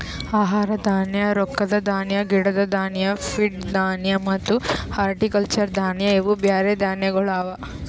ಆಹಾರ ಧಾನ್ಯ, ರೊಕ್ಕದ ಧಾನ್ಯ, ಗಿಡದ್ ಧಾನ್ಯ, ಫೀಡ್ ಧಾನ್ಯ ಮತ್ತ ಹಾರ್ಟಿಕಲ್ಚರ್ ಧಾನ್ಯ ಇವು ಬ್ಯಾರೆ ಧಾನ್ಯಗೊಳ್ ಅವಾ